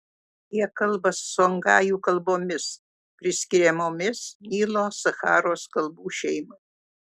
jie kalba songajų kalbomis priskiriamomis nilo sacharos kalbų šeimai